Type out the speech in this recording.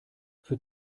für